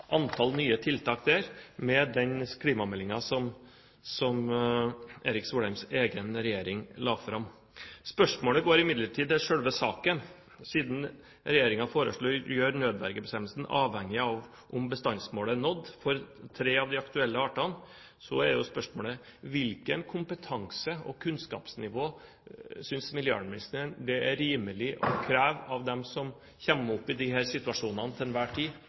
antall nye tiltak der med tiltakene i den klimameldingen som Erik Solheims egen regjering har lagt fram. Siden regjeringen foreslår å gjøre nødvergebestemmelsen avhengig av om bestandsmålet er nådd for tre av de aktuelle artene, så er jo spørsmålet: Hvilken kompetanse og hvilket kunnskapsnivå synes miljøvernministeren det er rimelig å kreve av dem som kommer opp i disse situasjonene til enhver tid,